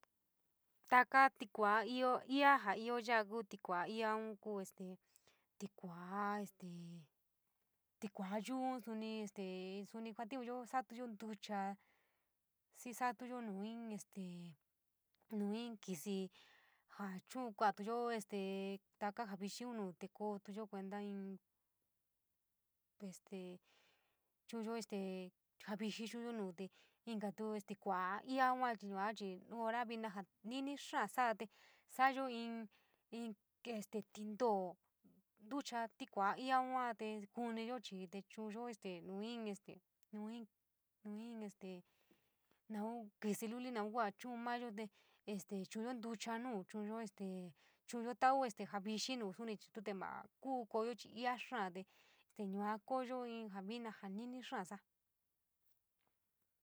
Takakikua íoo iaa ja ioo va’a kuu tikua este tikua yuu suni este suni kuatiunyo, sa’atuyo ntucha xii satuyo nu inn este nuu inn kisi ja chu’un kuatuyo te taka jaa vixiiunte kosoyo kuenta inn este, chu’unyo este jaaa vixii chu’unyo nuu te inkatu tikua iaa chii yua chuu nu hira vina ni’ini xaa sa’a te sa’ayo in, in tin too ntucha tikua iaaun yua te ku’uniyo chii te chu’unyo este este nau kísí lulinaun chu’un mayo te este chu’unyo ntucha nu chu’uyo este chu’unya in tauu te javixii nuu sunitute maa kuu ko’oyo chii iaa xáá te te yuaa kooyo inn ja vina ja ni’ini xaa sa’a.